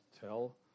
tell